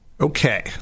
Okay